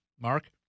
Mark